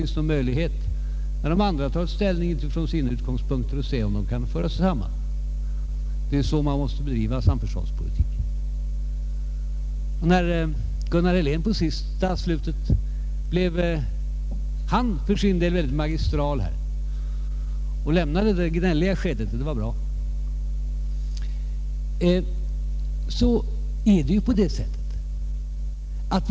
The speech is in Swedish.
När de andra tagit ställning från sina utgångspunkter, då får vi se om det finns någon möjlighet att föra oss samman. Det är så man måste bedriva samförståndspolitik. Herr Helén blev mot slutet väldigt magistral och lämnade det gnälliga skedet, och det var bra.